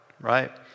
right